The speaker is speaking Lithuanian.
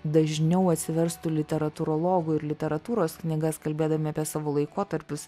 dažniau atsiverstų literatūrologų ir literatūros knygas kalbėdami apie savo laikotarpius